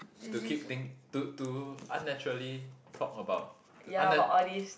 to keep think to to unnaturally talk about to unna~